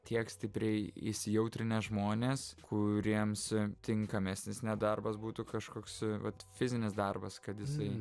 tiek stipriai įsijautrinę žmonės kuriems tinkamesnis nedarbas būtų kažkoks vat fizinis darbas kad jisai